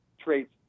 traits